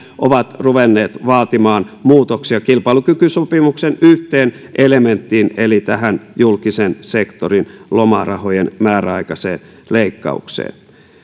ovat ruvenneet vaatimaan muutoksia kilpailukykysopimuksen yhteen elementtiin eli tähän julkisen sektorin lomarahojen määräaikaiseen leikkaukseen